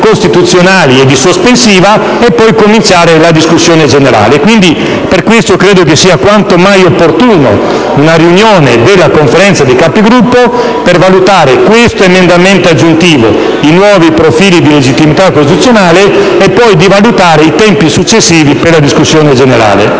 costituzionali e sulla questione sospensiva, per poi cominciare la discussione generale. Per questo motivo, credo sia quanto mai opportuna una riunione della Conferenza dei Capigruppo per valutare questo emendamento aggiuntivo, i nuovi profili di legittimità costituzionale e poi i tempi successivi per la discussione generale.